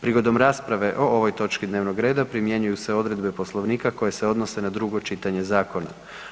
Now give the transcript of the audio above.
Prigodom rasprave o ovoj točki dnevnog reda primjenjuju se odredbe Poslovnika koje se odnose na drugo čitanje Zakona.